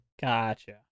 Gotcha